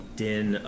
din